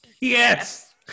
Yes